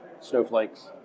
snowflakes